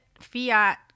fiat